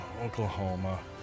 Oklahoma